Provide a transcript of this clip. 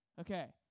Okay